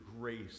grace